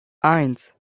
eins